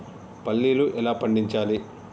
పల్లీలు ఎలా పండించాలి?